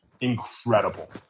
incredible